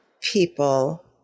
people